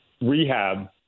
rehab